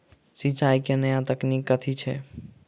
सिंचाई केँ नया तकनीक कथी छै?